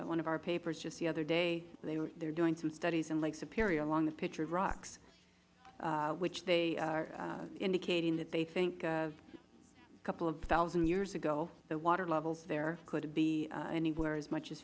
one of our papers just the other day they are doing some studies in lake superior along the pictured rocks and they are indicating that they think a couple of thousand years ago the water levels there could be anywhere as much as